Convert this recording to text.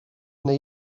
neu